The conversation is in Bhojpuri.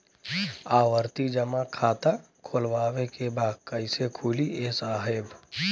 आवर्ती जमा खाता खोलवावे के बा कईसे खुली ए साहब?